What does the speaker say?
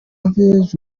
village